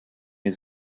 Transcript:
his